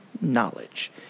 knowledge